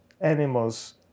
animals